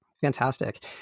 Fantastic